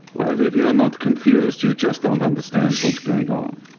well, if you are not confused you just don't understand what's going on.